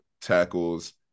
tackles